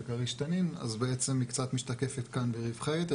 כריש-תנין בעצם היא קצת משתקפת כאן ברווחי היתר